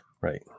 right